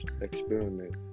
experiment